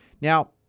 Now